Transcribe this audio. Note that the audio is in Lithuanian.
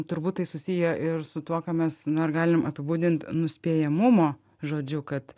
turbūt tai susiję ir su tuo ką mes na ir galim apibūdint nuspėjamumo žodžiu kad